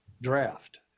draft